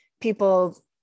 people